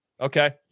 Okay